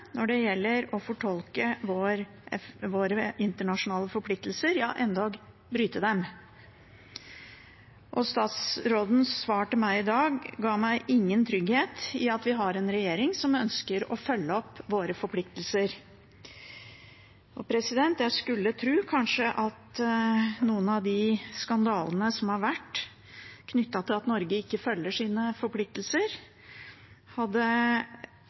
når det gjelder å fortolke våre internasjonale forpliktelser, ja, endog bryte dem. Og statsrådens svar til meg i dag ga meg ingen trygghet for at vi har en regjering som ønsker å følge opp våre forpliktelser. En skulle kanskje tro at noen av de skandalene som har vært, knyttet til at Norge ikke følger sine forpliktelser, hadde